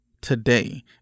today